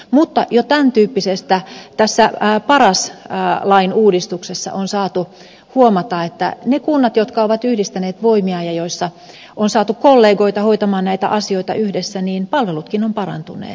mutta jo tämän tyyppisestä tässä paras lain uudistuksessa on saatu huomata että niissä kunnissa jotka ovat yhdistäneet voimiaan ja joissa on saatu kollegoita hoitamaan näitä asioita yhdessä palvelutkin ovat parantuneet